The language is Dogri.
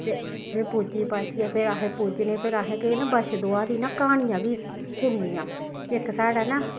ते फिर पूज्जी पाज्जियै फिर अहें पूजने फिर अहें केह् ना बच्छ दुआह् दी ना क्हानियां बी सुननियां इक साढ़े ना